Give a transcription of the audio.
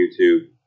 YouTube